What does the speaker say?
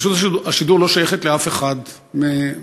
רשות השידור לא שייכת לאף אחד מאתנו,